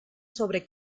sobre